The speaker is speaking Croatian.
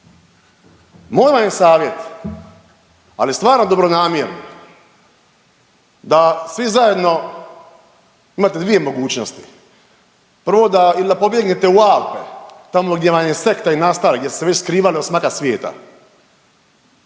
moj vam je savjet, ali stvarno dobronamjerno da svi zajedno imate dvije mogućnosti. Prvo da ili da pobjegnete u Alpe tamo gdje vam je sekta i nastana gdje ste se već skrivali od smaka svijeta,